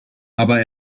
aber